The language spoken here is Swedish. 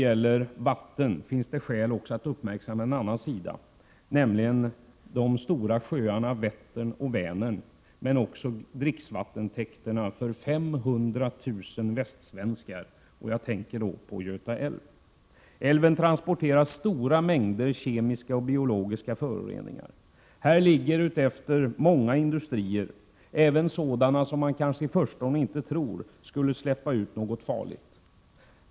Det finns också anledning att uppmärksamma de stora sjöarna Vättern och Vänern, men också dricksvattentäkterna för 500 000 västsvenskar — jag tänker då på Göta älv. Älven transporterar stora mängder kemiska och biologiska föroreningar. Utefter älven ligger många industrier, även sådana som man i förstone inte tror skulle släppa ut något farligt.